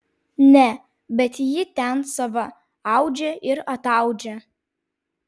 ne bet ji ten sava audžia ir ataudžia